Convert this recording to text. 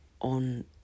on